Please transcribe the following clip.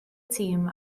tîm